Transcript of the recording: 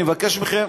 אני מבקש מכם,